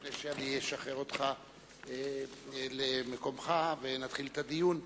לפני שאני אשחרר אותך למקומך ונתחיל את הדיון,